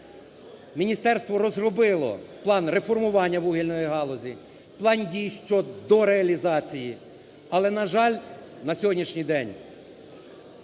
Міністерство розробило план реформування вугільної галузі, план дій щодо реалізації, але, на жаль, на сьогоднішній день